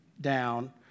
down